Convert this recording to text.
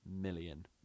million